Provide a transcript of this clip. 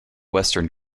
western